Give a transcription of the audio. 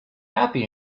happy